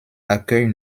accueille